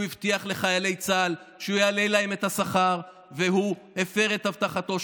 הבטיח לחיילי צה"ל שהוא יעלה להם את השכר והוא הפר את הבטחתו,